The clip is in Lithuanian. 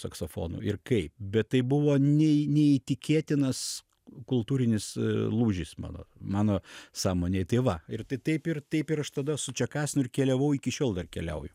saksofonu ir kaip bet tai buvo nei neįtikėtinas kultūrinis lūžis mano mano sąmonėj tai va ir tai taip ir taip ir aš tada su čekasinu ir keliavau iki šiol dar keliauju